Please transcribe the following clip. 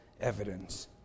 evidence